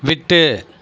விட்டு